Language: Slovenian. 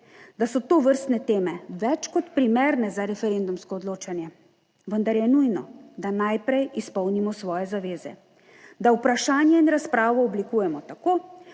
da so tovrstne teme več kot primerne za referendumsko odločanje, vendar je nujno, da najprej izpolnimo svoje zaveze, da vprašanje in razpravo oblikujemo tako,